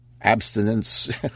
Abstinence